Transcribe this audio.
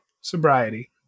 Sobriety